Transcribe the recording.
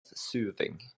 soothing